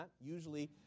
Usually